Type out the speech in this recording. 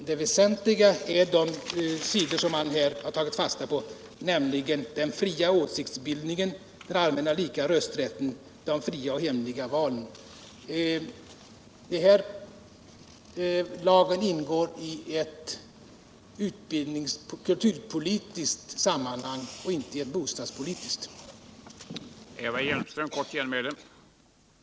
Det väsentliga är vad man här tagit fasta på, nämligen den fria åsiktsbildningen, den allmänna lika rösträtten, de fria och hemliga valen. Lagen ingår i ett kulturpolitiskt sammanhang, inte i ett bostadspolitiskt sammanhang.